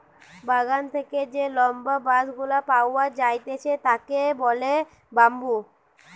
বাগান থেকে যে লম্বা বাঁশ গুলা পাওয়া যাইতেছে তাকে বলে বাম্বু